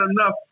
enough